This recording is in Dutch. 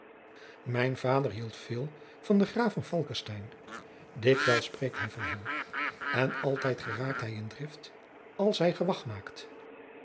mijn vader hield veel van den graaf van falckestein dikwijls spreekt hij van hem en altijd geraakt hij in drift als hij gewag maakt